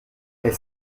elle